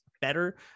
better